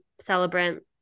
celebrant